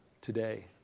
today